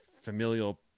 familial